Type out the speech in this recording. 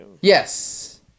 Yes